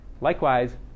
Likewise